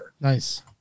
Nice